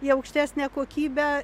į aukštesnę kokybę